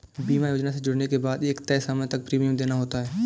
बीमा योजना से जुड़ने के बाद एक तय समय तक प्रीमियम देना होता है